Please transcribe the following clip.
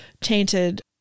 tainted